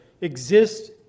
exist